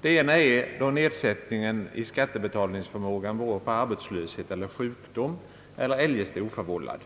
Det ena är då nedsättningen i skattebetalningsförmåga beror på arbetslöshet eller sjukdom eller eljest är oförvållad.